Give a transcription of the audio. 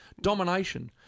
Domination